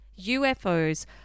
UFOs